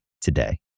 today